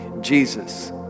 Jesus